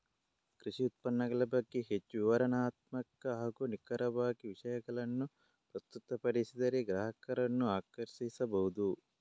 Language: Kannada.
ಕೃಷಿ ಉತ್ಪನ್ನಗಳ ಬಗ್ಗೆ ಹೆಚ್ಚು ವಿವರಣಾತ್ಮಕ ಹಾಗೂ ನಿಖರವಾಗಿ ವಿಷಯಗಳನ್ನು ಪ್ರಸ್ತುತಪಡಿಸಿದರೆ ಗ್ರಾಹಕರನ್ನು ಆಕರ್ಷಿಸಬಹುದು